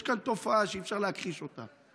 יש כאן תופעה שאי-אפשר להכחיש אותה.